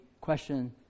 question